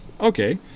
Okay